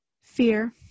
Fear